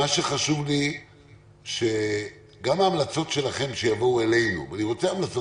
אני חושב שגם בדברי ההסבר